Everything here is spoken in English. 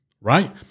Right